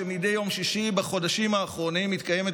שמדי יום שישי בחודשים האחרונים מתקיימת